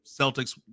Celtics